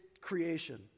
creation